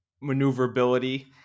maneuverability